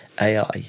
AI